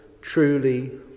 truly